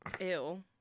Ew